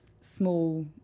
small